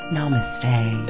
Namaste